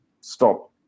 stop